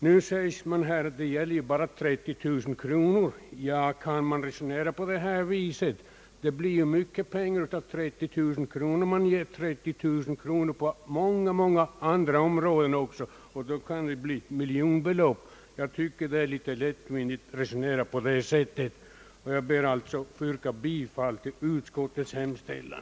Nu sägs att det bara gäller 30 000 kronor. Men man kan inte bara resonera på det sättet, ty det blir mycket pengar, om det skall anslås 30 000 kronor för många andra ändamål. Det kan då till slut bli fråga om miljonbelopp, och jag tycker att det är litet lättvindigt att resonera på det sätt som reservanterna här gjort. Jag ber att få yrka bifall till utskottets hemställan.